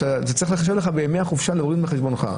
זה צריך להיחשב לך בימי החופשה ולרדת מחשבונך.